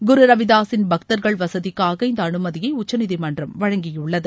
குருரவிதாசின் பக்தர்கள் வசதிக்காக இந்த அனுமதியை உச்சநீதிமன்றம் வழங்கியுள்ளது